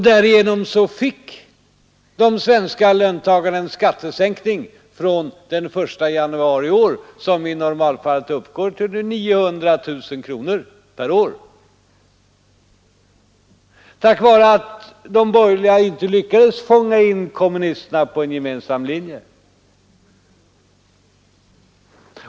Därigenom fick de svenska löntagarna en skattesänkning från den 1 januari i år som i normalfallet uppgår till 900 kronor per är tack vare att de borgerliga inte lyckades fånga in kommunisterna på en gemensam linje.